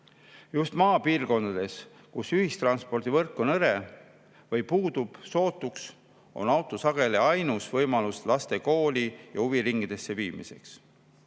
Just maapiirkondades, kus ühistranspordivõrk on hõre või puudub sootuks, on auto sageli ainus võimalus laste kooli ja huviringidesse viimiseks.